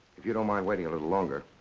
if you don't mind waiting a little longer.